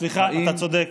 סליחה, אתה צודק.